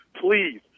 Please